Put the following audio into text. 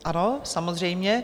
Ano, samozřejmě.